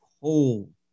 cold